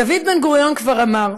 דוד בן-גוריון כבר אמר: